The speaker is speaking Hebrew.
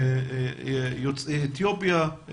יוצאי אתיופיה,